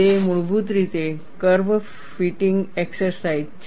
તે મૂળભૂત રીતે કર્વ ફિટિંગ એક્સરસાઈઝ છે